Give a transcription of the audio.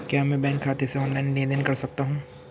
क्या मैं बैंक खाते से ऑनलाइन लेनदेन कर सकता हूं?